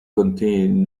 contain